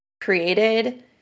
created